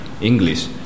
English